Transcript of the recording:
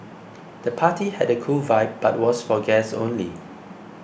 the party had a cool vibe but was for guests only